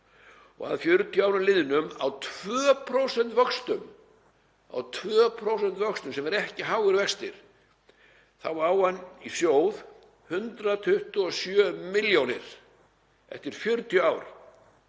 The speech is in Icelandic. og að 40 árum liðnum, á 2% vöxtum, sem eru ekki háir vextir, á hann í sjóði 127 milljónir eftir 40 ár,